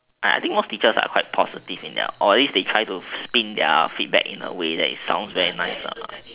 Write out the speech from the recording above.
I I think most teachers are quite positive in their or at least they tried to spin their feedback in a way to make it sound very nice ah